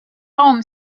home